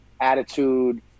attitude